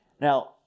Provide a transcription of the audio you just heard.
Now